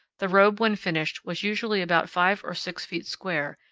the robe when finished was usually about five or six feet square,